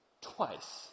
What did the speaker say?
twice